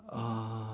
uh